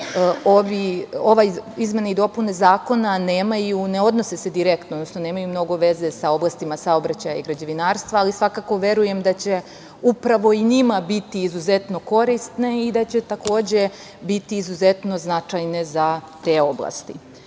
poslovanju. Izmene i dopune Zakona ne odnose se direktno, odnosno nemaju mnogo veze sa oblastima saobraćaja i građevinarstva, ali svakako verujem da će upravo i njima biti izuzetno korisne i da će takođe biti izuzetno značajne za te oblasti.U